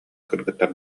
кыргыттар